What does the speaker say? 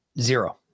Zero